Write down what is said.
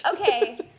Okay